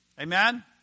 Amen